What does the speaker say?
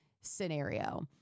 scenario